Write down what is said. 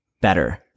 better